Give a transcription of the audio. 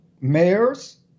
mayors